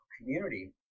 community